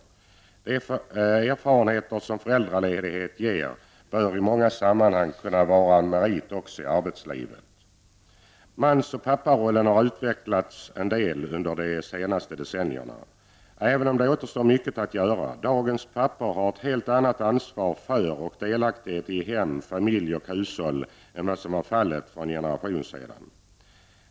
De erfarenheter som föräldraledighet ger bör i många sammanhang kunna vara en merit i arbetslivet. Mans och papparollen har utvecklats en del under de senaste decennierna, även om det återstår mycket att göra. Dagens pappor har ett helt annat ansvar för och mycket större delaktighet i hem, familj och hushåll än vad som var fallet för en generation sedan.